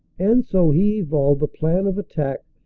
and so he evolved the plan of attack,